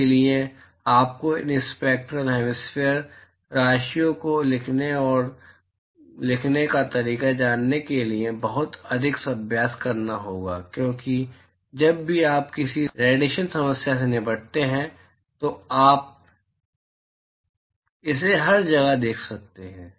इसलिए आपको इन स्पैक्टरल हैमिस्फेरिकल राशियों को लिखने का तरीका जानने के लिए बहुत अधिक अभ्यास करना होगा क्योंकि जब भी आप किसी रेडिएशन समस्या से निपटते हैं तो आप इसे हर जगह देख सकते हैं